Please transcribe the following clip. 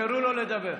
תאפשרו לו לדבר.